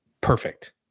perfect